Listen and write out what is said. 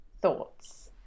thoughts